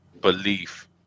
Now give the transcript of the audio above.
belief